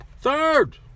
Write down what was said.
Third